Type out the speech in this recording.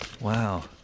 Wow